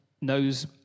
knows